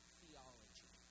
theology